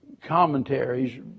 commentaries